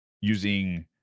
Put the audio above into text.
using